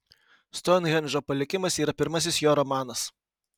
stounhendžo palikimas yra pirmasis jo romanas